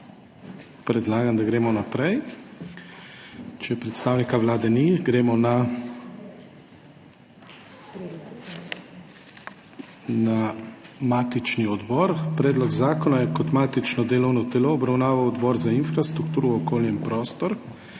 Predlagam, da gremo naprej. Če predstavnika Vlade ni, gremo na matični odbor. Predlog zakona je kot matično delovno telo obravnaval Odbor za infrastrukturo, okolje in prostor.